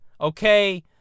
okay